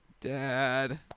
Dad